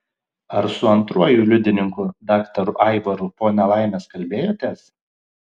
ar su antruoju liudininku daktaru aivaru po nelaimės kalbėjotės